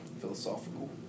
philosophical